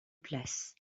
place